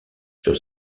sur